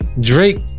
Drake